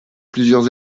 plusieurs